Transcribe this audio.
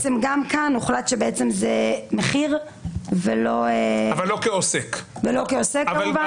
גם כאן הוחלט שזה מחיר ולא כעוסק כמובן.